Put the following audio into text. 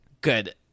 Good